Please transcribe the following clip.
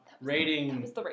Rating